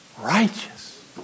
righteous